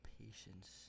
patience